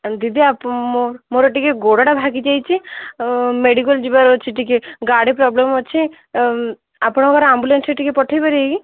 ଦିଦି ଆପଣ ମୋର ଟିକେ ଗୋଡ଼ଟା ଭାଙ୍ଗି ଯାଇଛି ମେଡ଼ିକାଲ୍ ଯିବାର ଅଛି ଟିକେ ଗାଡ଼ି ପ୍ରୋବ୍ଲେମ୍ ଅଛି ଆପଣଙ୍କର ଆମ୍ବୁଲାନ୍ସଟା ଟିକେ ପଠାଇ ପାରିବେ କି